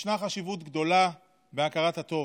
ישנה חשיבות גדולה בהכרת הטוב,